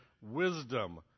wisdom